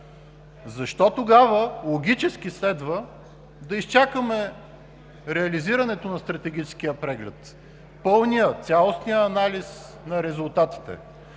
Тогава логически следва да изчакаме реализирането на Стратегическия преглед, пълния, цялостния анализ на резултатите